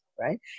right